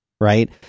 right